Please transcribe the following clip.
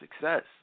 success